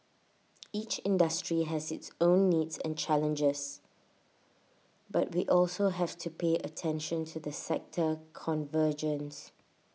each industry has its own needs and challenges but we also have to pay attention to the sector convergence